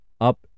up